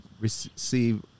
receive